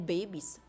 Babies